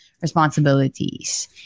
Responsibilities